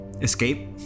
escape